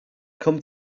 come